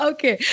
Okay